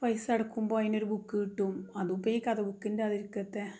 പൈസ അടക്കുമ്പോൾ അതിനൊരു ബുക്ക് കിട്ടും അതുപ്പ ഈ കഥ ബുക്കിൻ്റതിക്കത്തെ